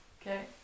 Okay